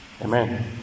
Amen